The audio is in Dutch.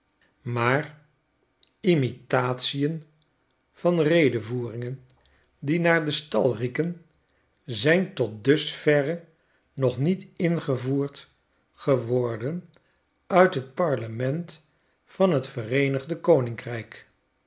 maar imitatien van redevoeringen die naar den stal rieken ztfn tot dusverre nog niet ingevoerd geworden uit het parleraent van t vereenigde koninkrijk